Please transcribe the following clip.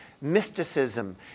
Mysticism